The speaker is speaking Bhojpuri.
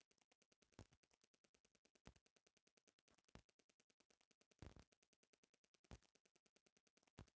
फाइनेंशियल कैपिटल के अंतर्गत आदमी उद्योग के उत्पादन के बढ़ावे खातिर आवश्यक धन खर्च करेला